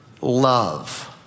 love